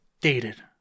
dated